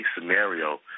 scenario